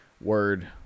word